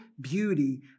beauty